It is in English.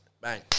bang